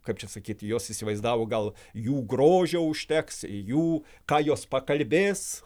kaip čia sakyti jos įsivaizdavo gal jų grožio užteks jų ką jos pakalbės